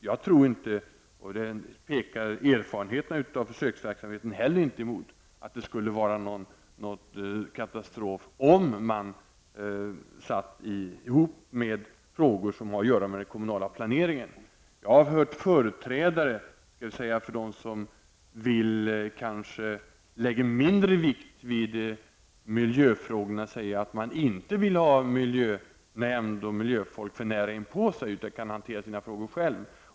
Jag tror inte, och erfarenheten av försöksverksamheten pekar inte heller på det, att det skulle vara någon katastrof om miljöfrågorna lades ihop med frågor som har att göra med den kommunala planeringen. Jag har hört företrädare för dem som kanske lägger mindre vikt vid miljöfrågorna säga att de inte vill ha miljönämnd och miljöfolk nära inpå sig utan de vill hantera sina frågor själva.